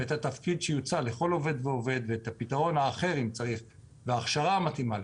את התפקיד שיוצא לכל אחד ואת הפתרון האחר אם צריך וההכשרה המתאימה.